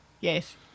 Yes